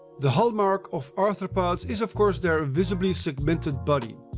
the hallmark of arthropods is of course their visibly segmented body.